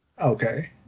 Okay